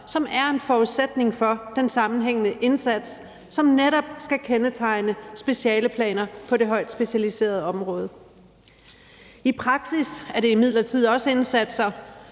som er en forudsætning for den sammenhængende indsats, som netop skal kendetegne specialeplaner på det højt specialiserede område. I praksis er det imidlertid også indsatser,